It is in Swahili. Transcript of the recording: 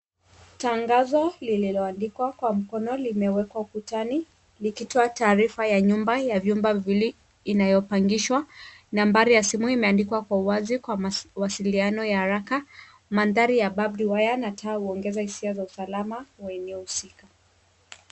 Tangazo lililoandikwa kwa mkono limewekwa ukutani likitoa taarifa ya nyumba inayopangishwa. Nambari ya simu imeandikwa kwa wazi kwa mawasiliano ya haraka. Mandhari ya barbed wire na taa huongeza hisia za usalama wa eneo husika.